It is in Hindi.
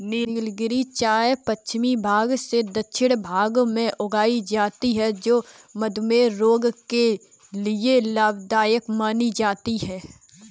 नीलगिरी चाय पश्चिमी घाटी के दक्षिणी भाग में उगाई जाती है जो मधुमेह रोग के लिए लाभदायक मानी जाती है